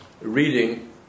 reading